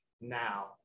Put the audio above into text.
now